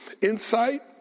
insight